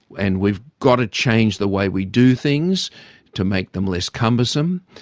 and we've got to change the way we do things to make them less cumbersome.